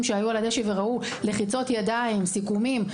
שהיו על הדשא וראו לחיצות ידיים וסיכומים.